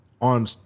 on